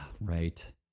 Right